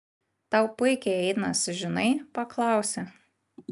tau puikiai einasi žinai paklausė